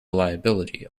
liability